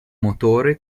motore